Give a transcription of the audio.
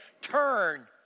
Turn